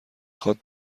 خواد